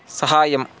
सहाय्यम्